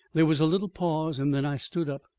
there was a little pause, and then i stood up.